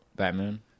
Batman